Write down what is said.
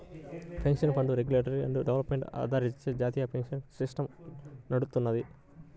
pension fund regulatory and development అథారిటీచే జాతీయ pension system నడుత్తది